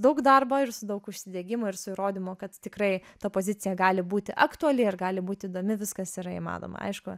daug darbo ir su daug užsidegimo ir su įrodymo kad tikrai ta pozicija gali būti aktuali ir gali būti įdomi viskas yra įmanoma aišku